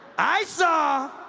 i saw